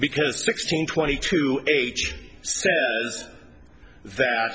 because sixteen twenty two age that